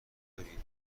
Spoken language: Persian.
دارید